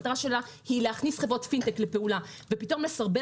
להכניס חברות פינטק לפעולה ופתאום לסרבל